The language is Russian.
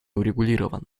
урегулирован